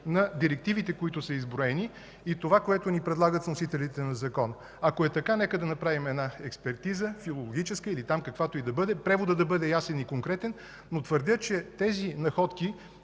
на директивите, които са изброени, и това, което ни предлагат вносителите на закона. Ако е така, нека да направим някаква филологическа или каквато и да е експертиза, преводът да бъде ясен и конкретен, но твърдя, че тези находки,